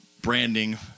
branding